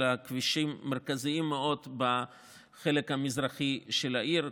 כבישים מרכזיים מאוד בחלק המזרחי של העיר,